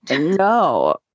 No